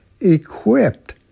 equipped